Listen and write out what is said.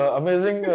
amazing